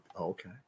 Okay